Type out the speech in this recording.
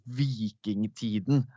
vikingtiden